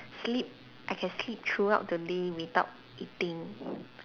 sleep I can sleep throughout the day without eating